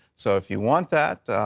so if you want that,